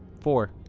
four.